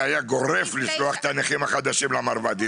זה היה גורף לשלוח את הנכים החדשים למרב"ד.